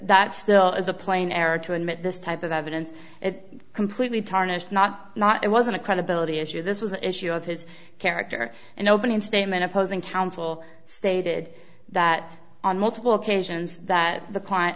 that still is a plain error to admit this type of evidence is completely tarnished not not it wasn't a credibility issue this was an issue of his character in opening statement opposing counsel stated that on multiple occasions that the client